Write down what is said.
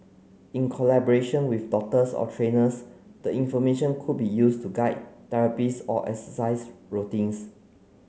in collaboration with doctors or trainers the information could be used to guide therapies or exercise routines